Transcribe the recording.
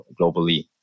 globally